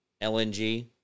LNG